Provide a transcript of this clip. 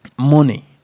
money